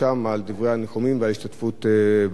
על דברי הניחומים וההשתתפות בצער.